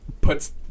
puts